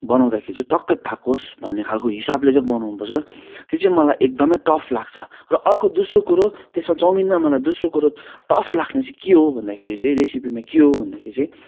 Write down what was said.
बनाउँदाखेरि चाहिँ टक्कै भएको होस् भन्ने खाले हिसाबले चाहिँ बनाउनु पर्छ त्यो चाहिँ मलाई एकदम टफ लाग्छ र अर्को दोस्रो कुरो त्यसमा चाउमिनमा मलाई दोस्रो कुरो टफ लाग्ने चाहिँ के हो भन्दाखेरि चाहिँ रेसिपीमा के हो भन्दाखेरि चाहिँ